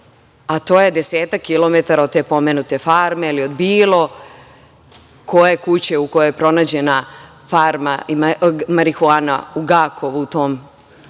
a to je desetak kilometara od te pomenute farme ili od bilo koje kuće u kojoj je pronađena marihuana u Gakovu, u tom